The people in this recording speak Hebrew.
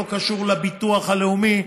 לא קשור לביטוח הלאומי.